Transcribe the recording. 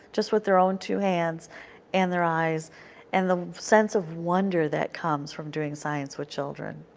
just with their own two hands and their eyes and the sense of wonder that comes from doing science with children.